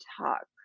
talk